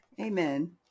amen